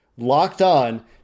LOCKEDON